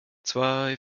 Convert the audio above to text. zwei